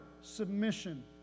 submission